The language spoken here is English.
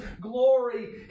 glory